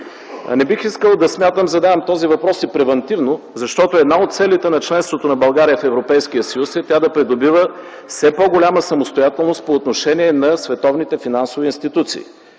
има своята цена. Задавам този въпрос и превантивно, защото една от целите на членството на България в Европейския съюз е тя да придобива все по-голяма самостоятелност по отношение на световните финансови институции.